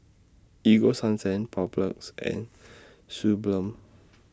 Ego Sunsense Papulex and Suu Balm